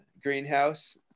greenhouse